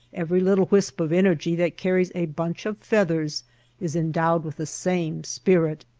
every little wisp of energy that carries a bunch of feathers is endowed with the same spirit.